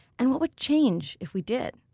and what would change if we did?